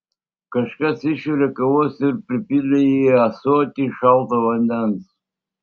kažkas išvirė kavos ir pripylė į ąsotį šalto vandens